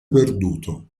perduto